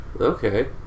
Okay